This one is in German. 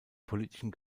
politischen